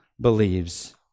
believes